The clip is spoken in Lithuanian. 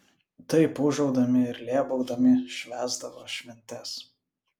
taip ūžaudami ir lėbaudami švęsdavo šventes